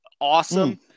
awesome